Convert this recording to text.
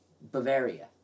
Bavaria